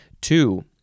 Two